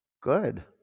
good